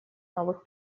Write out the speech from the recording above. новых